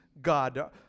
God